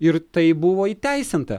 ir tai buvo įteisinta